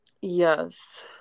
Yes